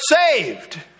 saved